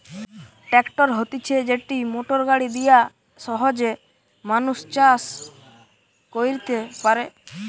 tractor হতিছে যেটি motor গাড়ি দিয়া সহজে মানুষ চাষ কইরতে পারে